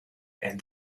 and